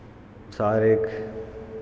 साहरिख